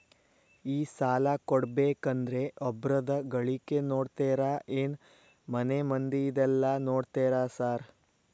ಈ ಸಾಲ ಕೊಡ್ಬೇಕಂದ್ರೆ ಒಬ್ರದ ಗಳಿಕೆ ನೋಡ್ತೇರಾ ಏನ್ ಮನೆ ಮಂದಿದೆಲ್ಲ ನೋಡ್ತೇರಾ ಸಾರ್?